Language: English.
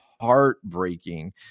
heartbreaking